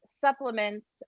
supplements